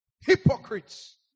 Hypocrites